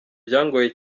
byangoye